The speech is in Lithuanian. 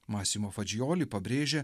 masimo fadžioli pabrėžia